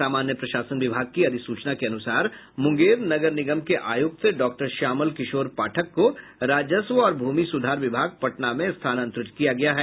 सामान्य प्रशासन विभाग की अधिसूचना के अनुसार मुंगेर नगर निगम के आयुक्त डॉ श्यामल किशोर पाठक को राजस्व और भूमि सुधार विभाग पटना में स्थानांतरित किया गया है